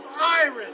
iron